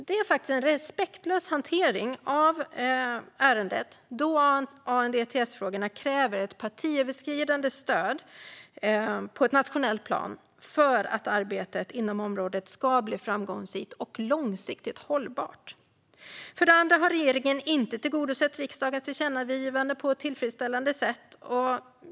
Det är faktiskt en respektlös hantering av ärendet, då ANDTS-frågorna kräver ett partiöverskridande stöd på ett nationellt plan för att arbetet inom området ska bli framgångsrikt och långsiktigt hållbart. För det andra har regeringen inte tillgodosett riksdagens tillkännagivanden på ett tillfredsställande sätt.